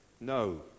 No